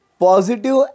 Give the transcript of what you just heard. positive